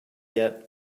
yet